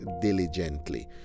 diligently